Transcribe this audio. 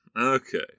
Okay